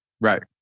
right